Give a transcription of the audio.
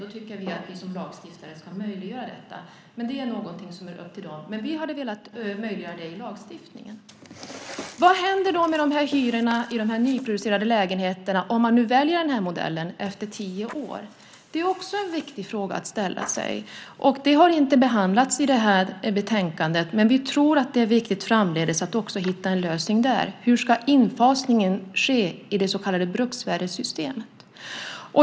Då tycker vi att vi som lagstiftare ska möjliggöra detta. Men det är någonting som är upp till dem. Vi hade velat möjliggöra det i lagstiftningen. Vad händer då med hyrorna i de nyproducerade lägenheterna om man väljer den här modellen efter tio år? Det är också en viktig fråga att ställa sig. Det har inte behandlats i det här betänkandet, men vi tror att det är viktigt framdeles att hitta en lösning där. Hur ska infasningen ske i det så kallade bruksvärdessystemet?